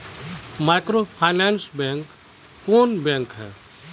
Microfinance bank कौन bank है?